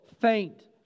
faint